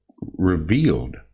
revealed